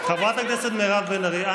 חברת הכנסת מירב בן ארי,